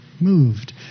moved